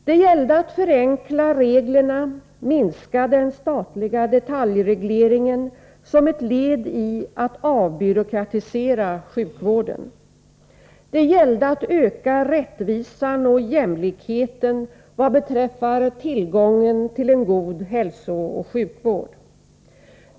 Det gällde att förenkla reglerna och minska den statliga detaljregleringen som ett led i att avbyråkratisera sjukvården. Det gällde att öka rättvisan och jämlikheten vad beträffar tillgången till en god hälsooch sjukvård.